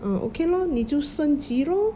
ah okay lor 你就升级 lor